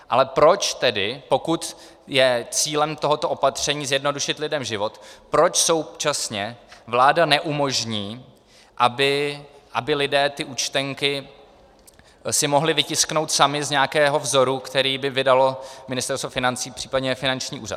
Ale proč tedy, pokud je cílem tohoto opatření zjednodušit lidem život, proč současně vláda neumožní, aby si lidé ty účtenky mohli vytisknout sami z nějakého vzoru, který by vydalo Ministerstvo financí, případně finanční úřad.